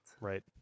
Right